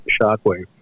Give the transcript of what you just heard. shockwave